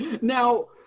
Now